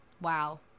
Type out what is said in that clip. Wow